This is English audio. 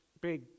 big